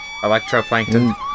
Electroplankton